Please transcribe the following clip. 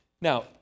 Now